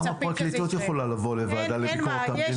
גם הפרקליטות יכולה לבוא לוועדה לביקורת המדינה